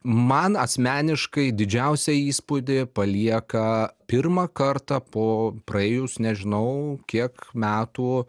man asmeniškai didžiausią įspūdį palieka pirmą kartą po praėjus nežinau kiek metų